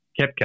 Kepka